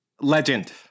Legend